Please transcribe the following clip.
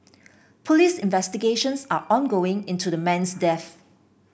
police investigations are ongoing into the man's death